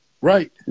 Right